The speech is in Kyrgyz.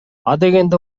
адегенде